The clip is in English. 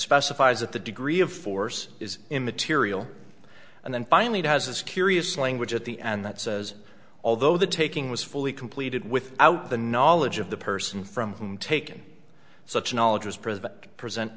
specifies that the degree of force is immaterial and then finally has this curious language at the end that says although the taking was fully completed without the knowledge of the person from whom taken such knowledge is present